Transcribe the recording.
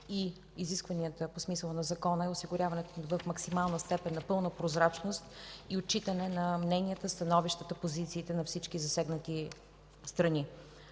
и изискванията по смисъла на закона, са осигуряването в максимална степен на пълна прозрачност и отчитане на мненията, становищата, позициите на всички засегнати страни.